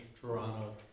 Toronto